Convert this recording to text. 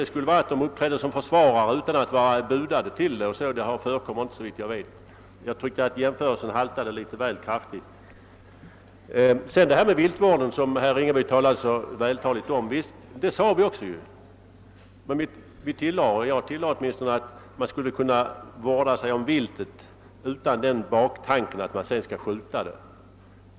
De skulle kanske uppträda som försvarare utan att vara budade till det, och sådant förekommer inte såvitt jag vet. Jag tyckte att jämförelsen haltade väl kraftigt. Herr Ringaby ordade så vältaligt om viltvården. Vi tillade — jag tillade i varje fall — att man skulle kunna vårda sig om viltet utan att ha baktanken att man sedan skall skjuta det.